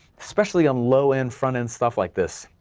especially on low-end, front-end stuff like this,